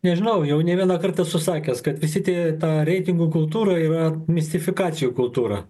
nežinau jau ne vienąkart esu sakęs kad visi tie reitingų kultūra yra mistifikacijų kultūra